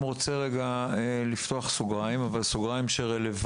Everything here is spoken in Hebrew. אני רוצה לפתוח סוגריים רגע,